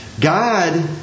God